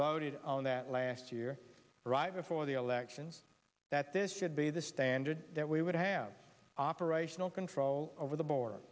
voted on that last year arrive for the elections that this should be the standard that we would have operational control over the border